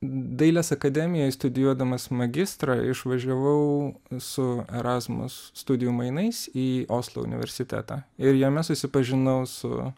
dailės akademijoj studijuodamas magistrą išvažiavau su erazmus studijų mainais į oslo universitetą ir jame susipažinau su